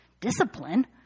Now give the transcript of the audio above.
discipline